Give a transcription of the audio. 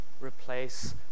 replace